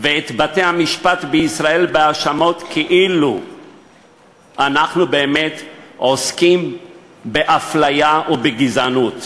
ואת בתי-המשפט בישראל בהאשמות כאילו אנחנו באמת עוסקים באפליה ובגזענות.